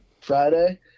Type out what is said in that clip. Friday